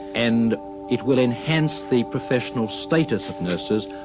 and it will enhance the professional status of nurses,